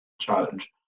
challenge